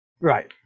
right